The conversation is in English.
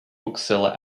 bookseller